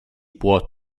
può